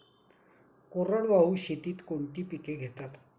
कोरडवाहू शेतीत कोणती पिके घेतात?